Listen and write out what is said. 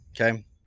Okay